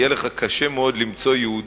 יהיה לך קשה מאוד למצוא יהודי,